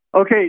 Okay